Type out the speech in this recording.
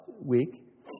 week